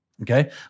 Okay